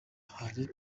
hari